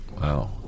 Wow